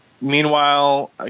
Meanwhile